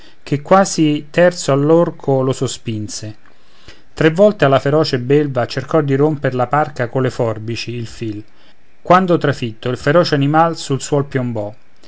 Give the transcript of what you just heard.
che quasi terzo all'orco lo sospinse tre volte alla feroce belva cercò di rompere la parca colle forbici il fil quando trafitto il feroce animal sul suol piombò